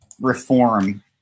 Reform